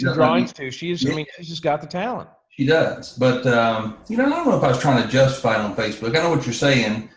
drawings too, she's yeah i mean just got the talent. she does, but i don't know if i was trying to justify on facebook, i know what you're saying,